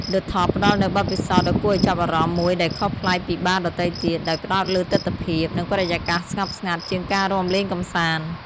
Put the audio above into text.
ឌឹ ថប់ ផ្ដល់នូវបទពិសោធន៍ដ៏គួរឱ្យចាប់អារម្មណ៍មួយដែលខុសប្លែកពីបារដទៃទៀត ដោយផ្តោតលើទិដ្ឋភាព និងបរិយាកាសស្ងប់ស្ងាត់ជាងការរាំលេងកម្សាន្ត។